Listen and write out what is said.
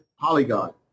polygon